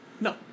No